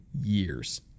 years